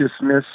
dismiss